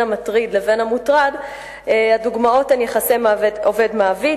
המטריד לבין המוטרד - הדוגמאות הן יחסי עובד מעביד,